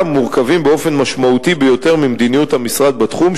מורכבים באופן משמעותי ביותר ממדיניות המשרד בתחום,